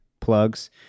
plugs